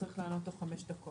צריך לענות תוך חמש דקות.